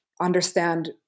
understand